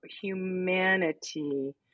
humanity